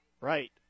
Right